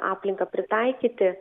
aplinką pritaikyti